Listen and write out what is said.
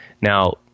Now